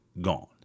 Gone